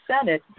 Senate